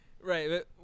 Right